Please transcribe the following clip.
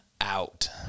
out